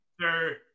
sir